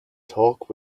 talk